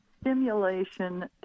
stimulation